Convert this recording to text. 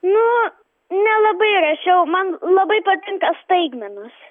nu nelabai rašiau man labai patinka staigmenos